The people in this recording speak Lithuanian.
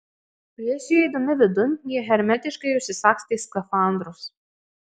prieš įeidami vidun jie hermetiškai užsisagstė skafandrus